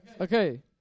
Okay